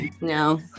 No